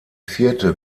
vierte